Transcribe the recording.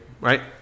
Right